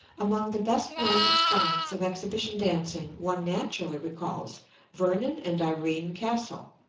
among the best-known exponents of exhibition dancing one naturally recalls vernon and irene castle,